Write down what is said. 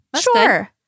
Sure